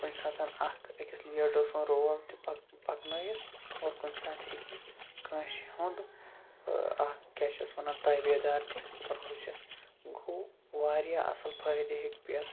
کُنہِ ساتَن اَکھ أکِس لیٖڈر سُنٛد رول تہِ پَک پَکنٲوِتھ اور کُنہِ ساتہٕ ہیٚکہِ کٲنٛسہِ ہُنٛد اَکھ کیٛاہ چھِ اَتھ وَنان تٲبیدار تہِ روٗزِتھ گوٚو واریاہ اَصٕل فٲیِدٕ ہیٚکہِ پٮ۪تھ